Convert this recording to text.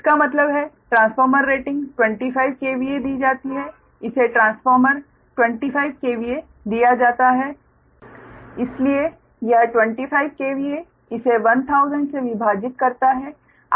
इसका मतलब है ट्रांसफार्मर रेटिंग 25 KVA दी जाती है इसे ट्रांसफार्मर 25 KVA दिया जाता है इसलिए यह 25 KVA इसे 1000 से विभाजित करता है